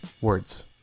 words